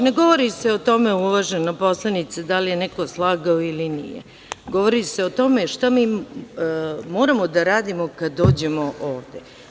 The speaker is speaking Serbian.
Ne govori se o tome, uvažena poslanice, da li je neko slagao ili nije, govori se o tome šta mi moramo da radimo kad dođemo ovde.